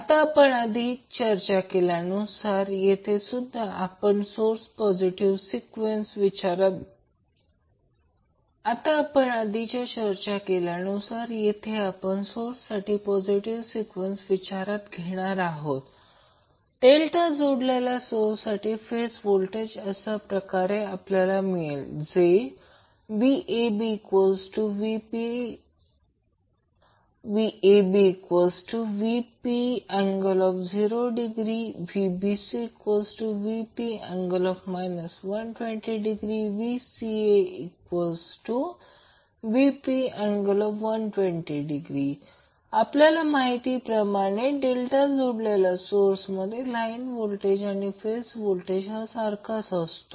आता आपण आधीच्या चर्चा केल्यानुसार येथे सुद्धा आपण सोर्ससाठी पॉझिटिव्ह सिक्वेन्स विचारात घेणार आहोत आणि डेल्टा जोडलेल्या सोर्ससाठी फेज व्होल्टेज अशाप्रकारे असल्यास आपल्याला मिळेल VabVp∠0° VbcVp∠ 120° VcaVp∠120° आपल्या माहितीप्रमाणे डेल्टा जोडलेल्या सोर्समध्ये लाईन व्होल्टेज आणि फेज व्होल्टेज हा सारखाच असतो